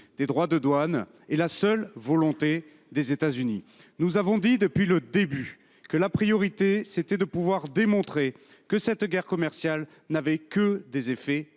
des droits de douane procède de la seule volonté des États Unis. Nous l’avons dit depuis le début, la priorité est de démontrer que cette guerre commerciale n’aura que des effets